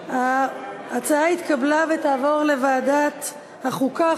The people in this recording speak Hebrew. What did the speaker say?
פיצוי כנדרש) לדיון מוקדם בוועדת החוקה,